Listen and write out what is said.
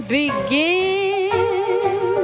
begin